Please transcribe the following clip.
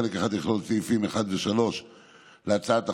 חלק אחד יכלול את סעיפים 1 ו-3 להצעת החוק,